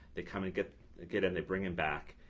they come and get get him, they bring him back.